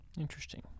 Interesting